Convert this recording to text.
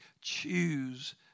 choose